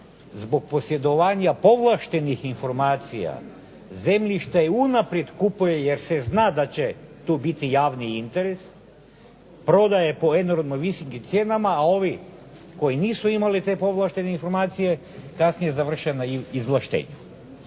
zbog posjedovanja povlaštenih informacija zemljište unaprijed kupuje jer se zna da će tu biti javni interes, prodaje po enormno visokim cijenama, a ovi koji nisu imali te povlaštene informacije kasnije završe na izvlaštenju.